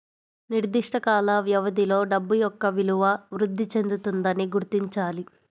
నిర్దిష్ట కాల వ్యవధిలో డబ్బు యొక్క విలువ వృద్ధి చెందుతుందని గుర్తించాలి